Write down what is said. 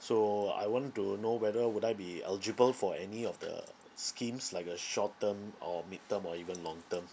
so I wanted to know whether would I be eligible for any of the schemes like a short term or midterm or even long term